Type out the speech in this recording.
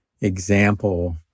example